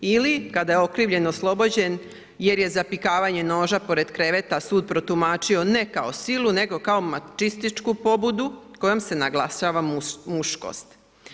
Ili kada je okrivljeni oslobođen jer je zapikavanje noža pored kreveta sud protumačio ne kao silu, nego kao mačističku pobudu kojom se naglašava muškost.